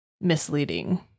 misleading